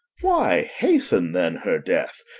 why hasten then her death?